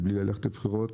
בלי ללכת לבחירות.